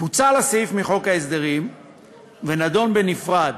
פוצל הסעיף מחוק ההסדרים ונדון בנפרד.